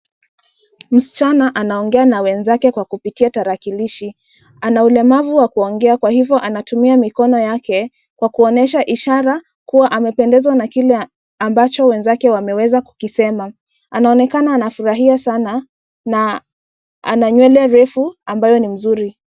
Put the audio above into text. Msichana anaongea na wenzake kwa kupitia tarakilishi. Ana ulemavu wa kuongea kwa hivo anatumia mikono yake, kwa kuonyesha ishara kuwa amependezwa na kile ambacho wenzake wameweza kukisema. Anaonekana anafurahia sana, na ana nywele refu ambayo ni mzuri.